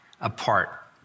apart